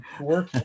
work